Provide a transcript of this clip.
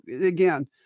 again